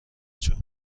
چهار